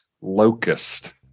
Locust